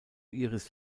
iris